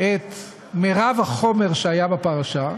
את מרב החומר שהיה בפרשה,